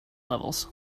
levels